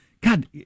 God